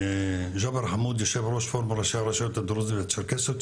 ג'בר חמוד יושב ראש פורום ראשי הרשויות הדרוזיות והצ'רקסיות,